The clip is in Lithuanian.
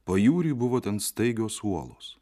pajūry buvo ten staigios uolos